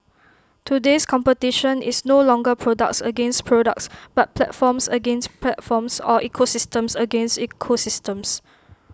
today's competition is no longer products against products but platforms against platforms or ecosystems against ecosystems